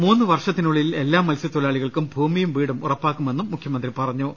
മൂന്നുവർഷത്തിനുള്ളിൽ എല്ലാ മത്സ്യത്തൊഴിലാളികൾക്കും ഭൂമിയും വീടും ഉറ പ്പാക്കുമെന്നും അദ്ദേഹം അറിയിച്ചു